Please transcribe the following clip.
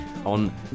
on